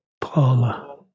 Paula